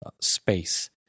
space